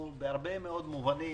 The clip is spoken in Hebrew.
בהרבה מאוד מובנים